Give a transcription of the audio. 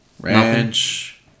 Ranch